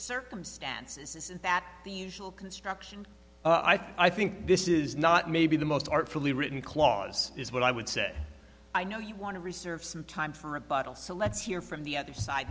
circumstances is that the usual construction i think i think this is not maybe the most artfully written clause is what i would say i know you want to reserve some time for rebuttal so let's hear from the other side